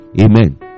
amen